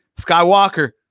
Skywalker